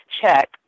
check